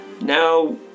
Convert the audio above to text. Now